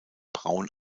brown